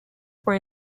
were